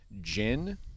gin